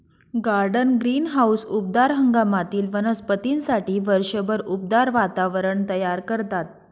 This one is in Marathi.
गार्डन ग्रीनहाऊस उबदार हंगामातील वनस्पतींसाठी वर्षभर उबदार वातावरण तयार करतात